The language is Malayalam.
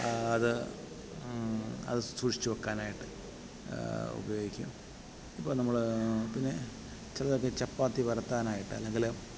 അത് അത് സൂക്ഷിച്ച് വെക്കാനായിട്ട് ഉപയോഗിക്കും ഇപ്പോൾ നമ്മൾ പിന്നെ ചെറുതായിട്ട് ചപ്പാത്തി പരത്താനായിട്ട് അല്ലെങ്കിൽ